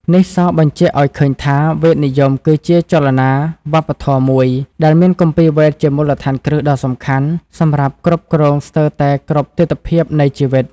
នេះសបញ្ជាក់ឱ្យឃើញថា វេទនិយមគឺជាចលនាវប្បធម៌មួយ ដែលមានគម្ពីរវេទជាមូលដ្ឋានគ្រឹះដ៏សំខាន់ សម្រាប់គ្រប់គ្រងស្ទើរតែគ្រប់ទិដ្ឋភាពនៃជីវិត។